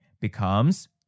becomes